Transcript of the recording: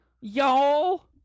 y'all